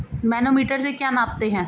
Manometer से क्या नापते हैं?